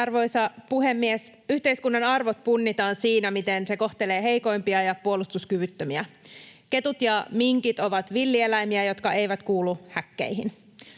Arvoisa puhemies! Yhteiskunnan arvot punnitaan siinä, miten se kohtelee heikoimpia ja puolustuskyvyttömiä. Ketut ja minkit ovat villieläimiä, jotka eivät kuulu häkkeihin.